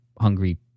hungry